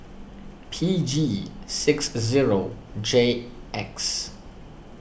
P G six zero J X